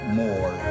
more